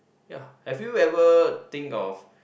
ya have you ever think of